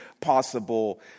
possible